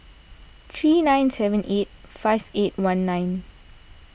three nine seven eight five eight one nine